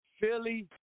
Philly